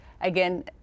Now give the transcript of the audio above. again